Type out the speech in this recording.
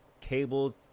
cable